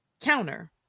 counter